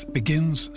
begins